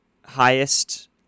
highest